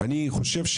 אני חושב,